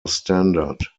standard